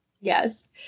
Yes